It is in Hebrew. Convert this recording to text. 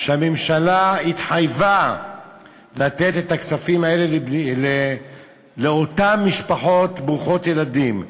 הממשלה התחייבה לתת את הכספים האלה לאותן משפחות ברוכות ילדים,